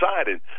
excited